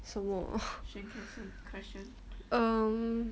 什么 um